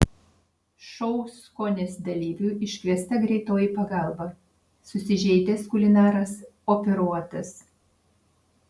šou skonis dalyviui iškviesta greitoji pagalba susižeidęs kulinaras operuotas